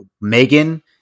megan